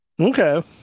Okay